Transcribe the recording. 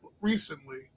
recently